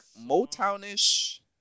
Motown-ish